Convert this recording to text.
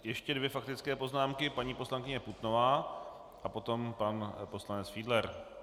Ještě dvě faktické poznámky, paní poslankyně Putnová a potom pan poslanec Fiedler.